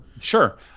Sure